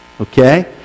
Okay